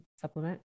supplement